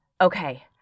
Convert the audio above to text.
Okay